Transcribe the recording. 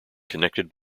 connected